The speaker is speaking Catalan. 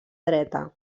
dreta